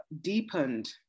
deepened